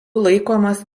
laikomas